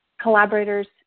collaborators